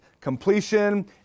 completion